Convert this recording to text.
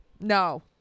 No